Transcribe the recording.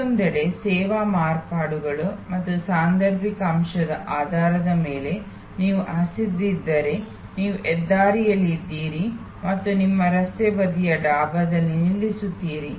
ಮತ್ತೊಂದೆಡೆ ಸೇವಾ ಮಾರ್ಪಾಡುಗಳು ಮತ್ತು ಸಾಂದರ್ಭಿಕ ಅಂಶಗಳ ಆಧಾರದ ಮೇಲೆ ನೀವು ಹಸಿದಿದ್ದರೆ ನೀವು ಹೆದ್ದಾರಿಯಲ್ಲಿ ಇದ್ದೀರಿ ಮತ್ತು ನೀವು ರಸ್ತೆ ಬದಿಯ ಡಾಬಾದಲ್ಲಿ ನಿಲ್ಲುತ್ತೀರಿ